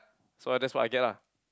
so that's what I get lah